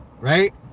right